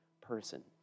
person